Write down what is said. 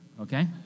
okay